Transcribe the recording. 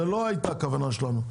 זו לא הייתה הכוונה שלנו.